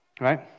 right